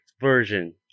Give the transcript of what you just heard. version